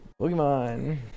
Pokemon